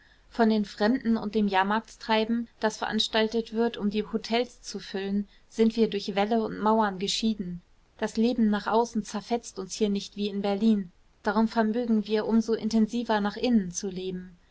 von den fremden und dem jahrmarktstreiben das veranstaltet wird um die hotels zu füllen sind wir durch wälle und mauern geschieden das leben nach außen zerfetzt uns hier nicht wie in berlin darum vermögen wir um so intensiver nach innen zu leben